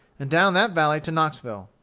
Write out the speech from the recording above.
and down that valley to knoxville.